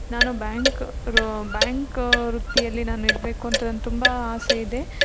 ನಾನು ಬ್ಯಾಂಕ್ ರೋ ಬ್ಯಾಂಕ ವೃತ್ತಿಯಲ್ಲಿ ನಾನು ಇರಬೇಕೂಂತ ನನ್ನ ತುಂಬ ಆಸೆ ಇದೆ